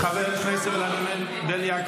חבר הכנסת ולדימיר בליאק,